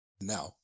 Now